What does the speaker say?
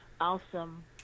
awesome